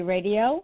Radio